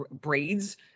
braids